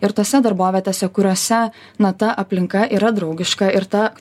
ir tose darbovietėse kuriose na ta aplinka yra draugiška ir ta